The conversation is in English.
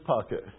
pocket